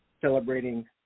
celebrating